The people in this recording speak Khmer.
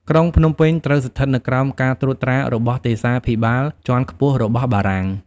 ក្រុងភ្នំពេញ ត្រូវស្ថិតនៅក្រោមការត្រួតត្រារបស់ទេសាភិបាលជាន់ខ្ពស់របស់បារាំង។